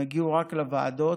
הם הגיעו רק לוועדות.